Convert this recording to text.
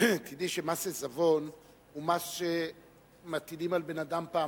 תדעי שמס עיזבון הוא מס שמטילים על בן-אדם פעמיים,